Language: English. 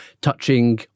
touching